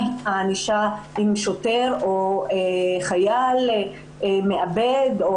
מה הענישה אם שוטר או חייל מאבד נשק,